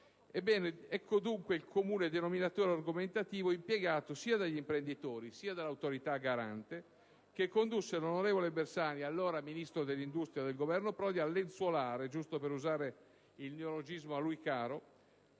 Ebbene, ecco dunque il comune denominatore argomentativo impiegato sia dagli imprenditori, sia dall'Autorità garante, che condusse l'onorevole Bersani, allora Ministro dell'industria del Governo Prodi, a "lenzuolare" (giusto per usare il neologismo allo